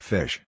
Fish